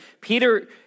Peter